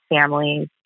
families